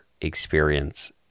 experience